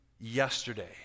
yesterday